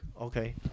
Okay